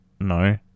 No